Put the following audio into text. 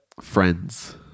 Friends